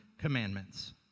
commandments